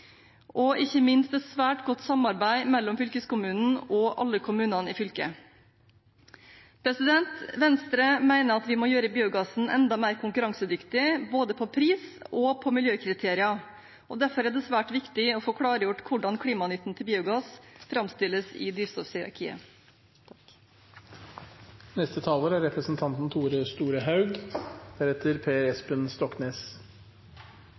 og ikke minst et svært godt samarbeid mellom fylkeskommunen og alle kommunene i fylket. Venstre mener at vi må gjøre biogassen enda mer konkurransedyktig, både på pris og på miljøkriterier. Derfor er det svært viktig å få klargjort hvordan klimanytten til biogass framstilles i drivstoffhierarkiet. Eg skal prøve å vere litt kort og ikkje gjenta, for det er